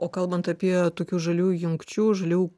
o kalbant apie tokių žaliųjų jungčių žalių